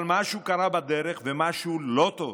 אבל משהו קרה בדרך, משהו לא טוב,